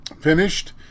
finished